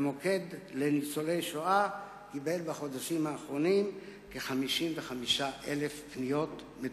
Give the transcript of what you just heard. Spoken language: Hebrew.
במוקד לניצולי השואה טופלו בחודשים האחרונים כ-55,000 פניות.